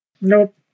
Nope